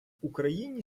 україні